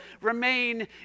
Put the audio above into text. remain